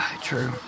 true